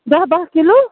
دہ بہہ کلوٗ